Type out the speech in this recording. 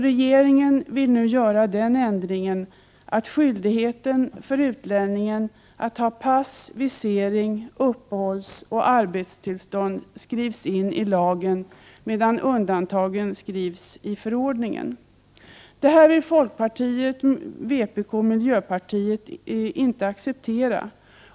Regeringen vill nu göra den ändringen att skyldigheten för utlänningen att ha pass, visering och uppehållsoch arbetstillstånd skrivs in i lagen, medan undantagen skrivs in i förordningen. Det här vill inte folkpartiet, vpk och miljöpartiet acceptera.